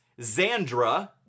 Zandra